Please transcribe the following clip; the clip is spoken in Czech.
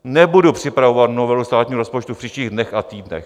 Nebudu připravovat novelu státního rozpočtu v příštích dnech a týdnech.